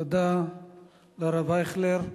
תודה לרב אייכלר.